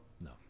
No